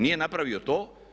Nije napravio to.